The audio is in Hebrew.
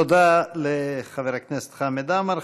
תודה לחבר הכנסת חמד עמאר.